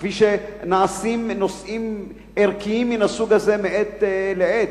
כפי שנעשה בנושאים ערכיים מן הסוג הזה מעת לעת,